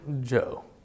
Joe